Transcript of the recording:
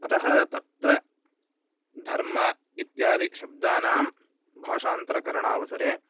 अतः तत्र धर्म इत्यादि शब्दानां भाषान्तरकरणावसरे